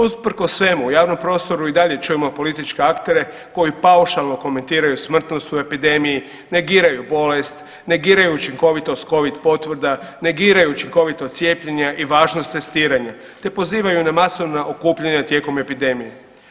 Usprkos svemu o javnom prostoru i dalje čujemo političke aktere koji paušalno komentiraju smrtnost u epidemiji, negiraju bolest, negiraju učinkovitost covid potvrda negiraju učinkovitost cijepljenja i važnost testiranja, te pozivaju na masovna okupljanja tijekom epidemije.